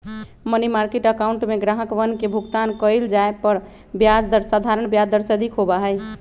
money market account में ग्राहकवन के भुगतान कइल जाये पर ब्याज दर साधारण ब्याज दर से अधिक होबा हई